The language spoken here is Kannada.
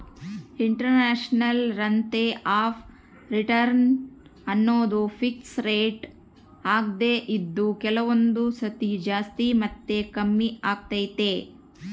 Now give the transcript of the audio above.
ಇಂಟರ್ನಲ್ ರತೆ ಅಫ್ ರಿಟರ್ನ್ ಅನ್ನೋದು ಪಿಕ್ಸ್ ರೇಟ್ ಆಗ್ದೆ ಇದು ಕೆಲವೊಂದು ಸತಿ ಜಾಸ್ತಿ ಮತ್ತೆ ಕಮ್ಮಿಆಗ್ತೈತೆ